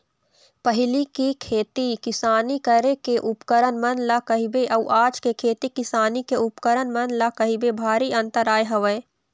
पहिली के खेती किसानी करे के उपकरन मन ल कहिबे अउ आज के खेती किसानी के उपकरन मन ल कहिबे भारी अंतर आय हवय